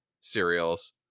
cereals